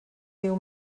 viu